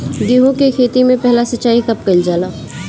गेहू के खेती मे पहला सिंचाई कब कईल जाला?